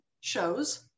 shows